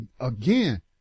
again